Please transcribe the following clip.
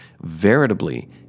veritably